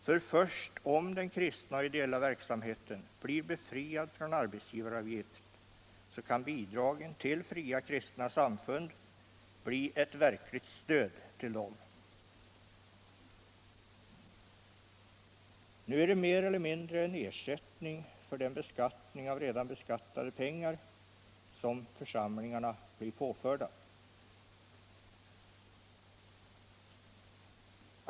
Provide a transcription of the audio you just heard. Först om den kristna och ideella verksamheten blir befriad från arbetsgivaravgift kan bidragen till fria kristna samfund bli ett verkligt stöd. Nu är de mer eller mindre en ersättning för den beskattning av redan beskattade pengar som församlingarna blir påförda.